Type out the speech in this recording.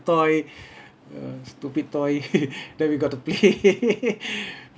toy ya stupid toy that we got to pay